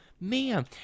man